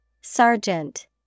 Sergeant